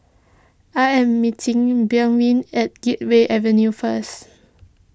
I am meeting at Gateway Avenue first